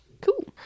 Cool